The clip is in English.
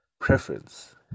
preference